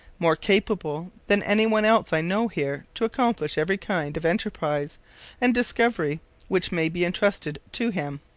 more capable than any one else i know here to accomplish every kind of enterprise and discovery which may be entrusted to him